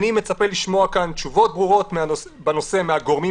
אני מצפה לשמוע כאן תשובות ברורות בנושא מהגורמים